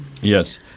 Yes